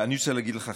אני רוצה להגיד לך,